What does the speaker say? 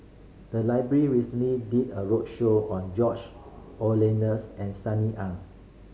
the library recently did a roadshow on George and Sunny Ang